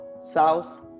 south